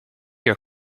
your